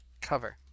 cover